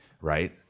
right